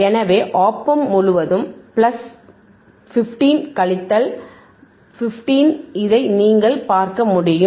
எனவே op amp முழுவதும் plus 15 கழித்தல் 15 இதை நீங்கள் பார்க்க முடியும்